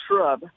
shrub